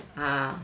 uh